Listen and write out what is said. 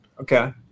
Okay